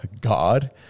God